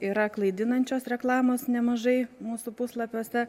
yra klaidinančios reklamos nemažai mūsų puslapiuose